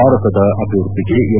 ಭಾರತದ ಅಭಿವ್ಯದ್ದಿಗೆ ಎಲ್